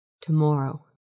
Tomorrow